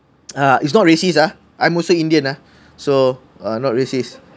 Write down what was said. uh it's not racist ah I'm also indian ah so ah not racist